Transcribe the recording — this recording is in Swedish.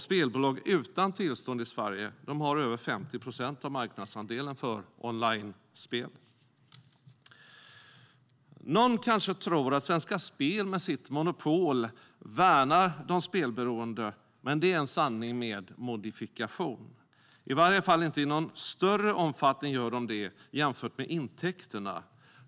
Spelbolag utan tillstånd i Sverige har över 50 procent av marknadsandelen för onlinespel. Någon kanske tror att Svenska Spel med sitt monopol värnar de spelberoende, men det är en sanning med modifikation. I varje fall gör de det inte i någon stor omfattning i förhållande till intäkterna.